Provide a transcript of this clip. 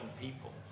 people